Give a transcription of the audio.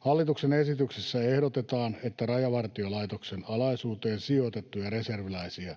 Hallituksen esityksessä ehdotetaan, että Rajavartiolaitoksen alaisuuteen sijoitettuja reserviläisiä